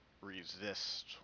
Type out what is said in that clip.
resist